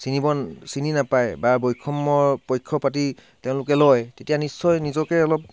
চিনিব চিনি নাপাই বা বৈষম্যৰ পক্ষপাতি তেওঁলোকে লয় তেতিয়া নিশ্চয় নিজকে অলপ